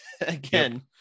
again